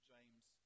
James